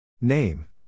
Name